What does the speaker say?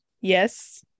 Yes